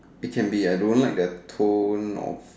it can be ah I don't like their tone of